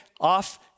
off